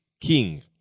king